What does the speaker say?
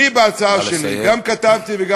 בהצעה שלי גם כתבתי, נכון.